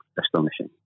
astonishing